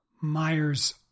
Myers